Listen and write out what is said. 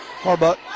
Harbuck